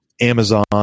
Amazon